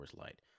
Light